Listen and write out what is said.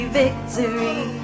victory